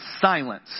silence